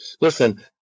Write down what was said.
listen